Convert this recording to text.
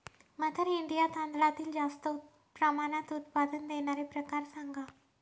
mother India तांदळातील जास्त प्रमाणात उत्पादन देणारे प्रकार सांगा